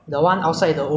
you got eat there before